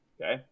Okay